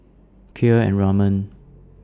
Kheer and Ramen